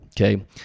Okay